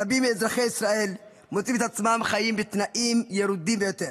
רבים מאזרחי ישראל מוצאים את עצמם חיים בתנאים ירודים ביותר,